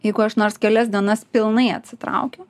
jeigu aš nors kelias dienas pilnai atsitraukiu